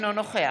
נגד